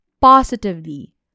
positively